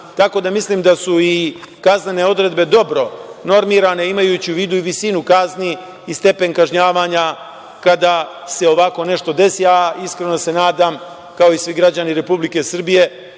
tako da mislim da su i kaznene odredbe dobro normirane imajući u vidu i visinu kazni i stepen kažnjavanja kada se ovako nešto desi, a iskreno se nadam, kao i svi građani Republike Srbije